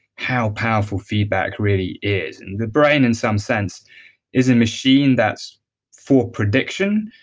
how powerful feedback really is and the brain in some sense is a machine that's for prediction,